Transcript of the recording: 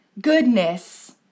goodness